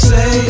Say